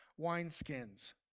wineskins